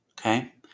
Okay